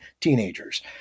teenagers